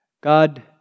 God